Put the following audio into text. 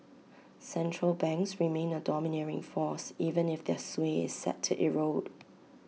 central banks remain A domineering force even if their sway is set to erode